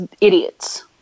idiots